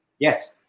Yes